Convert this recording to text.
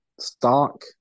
stock